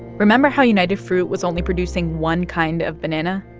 remember how united fruit was only producing one kind of banana?